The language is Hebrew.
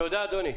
תודה, אדוני.